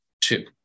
two